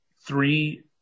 three